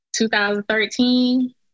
2013